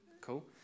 Cool